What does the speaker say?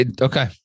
Okay